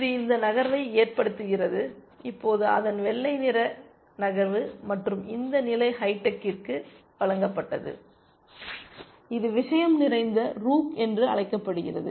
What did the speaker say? இது இந்த நகர்வை ஏற்படுத்துகிறது இப்போது அதன் வெள்ளை நிற நகர்வு மற்றும் இந்த நிலை ஹைடெக்கிற்கு வழங்கப்பட்டது இது விஷம் நிறைந்த ரூக் என்று அழைக்கப்படுகிறது